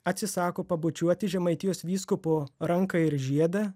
atsisako pabučiuoti žemaitijos vyskupo ranką ir žiedą